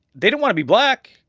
they don't want to be black,